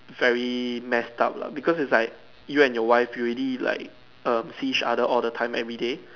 very messed up lah because it's like you and your wife you already like um see each other all the time everyday